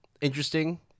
interesting